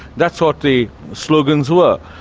that's what the slogans were.